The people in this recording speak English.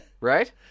Right